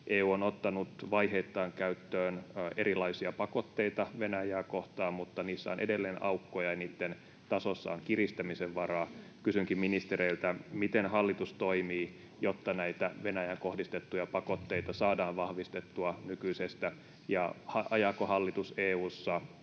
EU on ottanut vaiheittain käyttöön erilaisia pakotteita Venäjää kohtaan, mutta niissä on edelleen aukkoja ja niitten tasossa on kiristämisen varaa. Kysynkin ministereiltä: miten hallitus toimii, jotta näitä Venäjään kohdistettuja pakotteita saadaan vahvistettua nykyisestä, ja ajaako hallitus EU:ssa